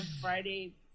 Friday